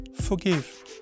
forgive